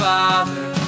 Father